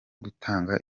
gutanga